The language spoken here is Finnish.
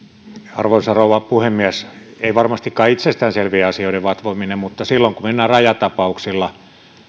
arvoisa rouva puhemies ei varmastikaan itsestään selvien asioiden vatvomisesta tule lisäarvoa mutta silloin kun mennään rajatapauksilla